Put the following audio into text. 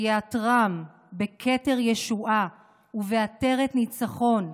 ויעטרם בכתר ישועה ובעטרת ניצחון.